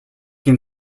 can